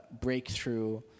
breakthrough